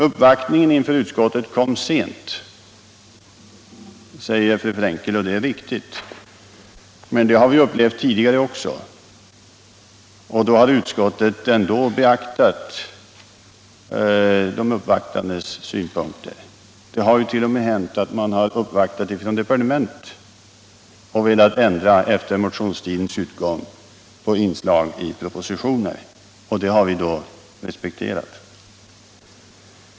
Uppvaktningen inför utskottet kom sent, sade fru Frenkel. Det är riktigt. Men det har vi upplevt tidigare också, och då har utskottet ändå beaktat de uppvaktandes synpunkter. Det har t.o.m. hänt att man från departement uppvaktat oss efter motionstidens utgång och velat ändra inslag i propositioner, och det har vi då respekterat.